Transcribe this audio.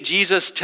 Jesus